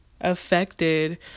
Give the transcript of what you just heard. affected